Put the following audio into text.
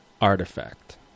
artifact